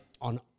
on